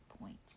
point